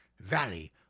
Valley